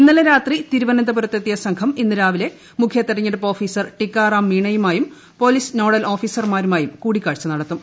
ഇന്നലെ രാത്രി തിരുവനന്തപുരത്തെത്തിയ സംഘം ഇന്ന് രാവിലെ മുഖ്യ തെരഞ്ഞെടുപ്പ് ഓഫീസർ ടിക്കാറാംമീണയുമായും പൊലീസ് നോഡൽ ഓഫീസർമായും കൂടിക്കാഴ്ച നടത്തും